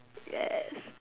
yes